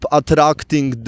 attracting